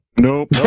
Nope